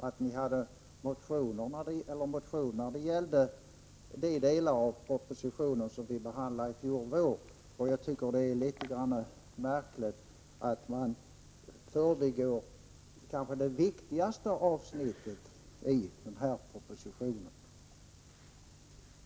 Men ni hade faktiskt en motion när det gällde de delar av propositionen som vi behandlade i fjol vår, och det är litet märkligt att ni då förbiser det kanske viktigaste avsnittet av den här propositionen.